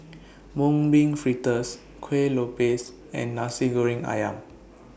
Mung Bean Fritters Kueh Lopes and Nasi Goreng Ayam